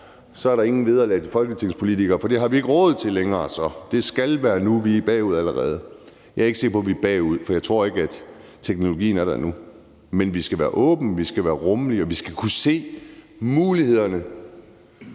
få år ikke noget vederlag til folketingspolitikere, for det har vi ikke længere råd til. Det skal være nu, for vi er allerede bagud. Jeg er ikke sikker på, vi er bagud, for jeg tror ikke, teknologien er der endnu, men vi skal være åbne, vi skal være rummelige, og vi skal kunne se mulighederne,